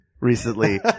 recently